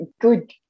good